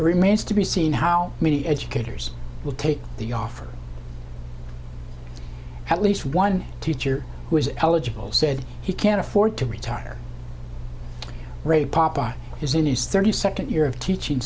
remains to be seen how many educators will take the offer at least one teacher who is eligible said he can't afford to retire rated papa is in his thirty second year of teaching